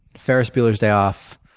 ferris bueller's day off,